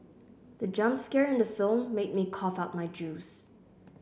the jump scare in the film made me cough out my juice